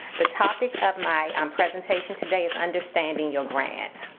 the topic of my um presentation today is understanding your grant.